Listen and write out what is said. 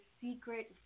secret